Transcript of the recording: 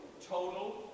total